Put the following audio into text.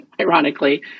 ironically